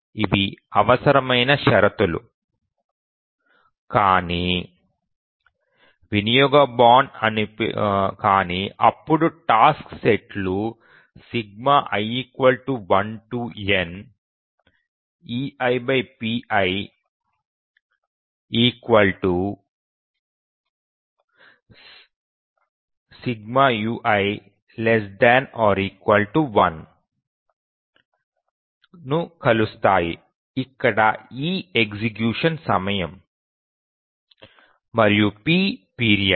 ఇవి అవసరమైన షరతులు కానీ అప్పుడు టాస్క్ సెట్ లు ఈi 1n eipi≤ 1 ను కలుస్తాయి ఇక్కడ e ఎగ్జిక్యూషన్ సమయం మరియు p పీరియడ్